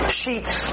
sheets